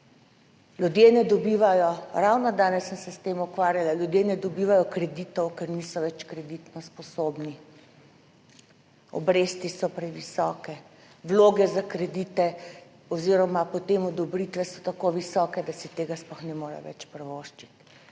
Ljudje ne dobivajo, ravno danes sem se s tem ukvarjala, ljudje ne dobivajo kreditov, ker niso več kreditno sposobni. Obresti so previsoke, vloge za kredite oziroma potem odobritve so tako visoke, da si tega sploh ne morejo več privoščiti.